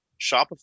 Shopify